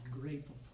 grateful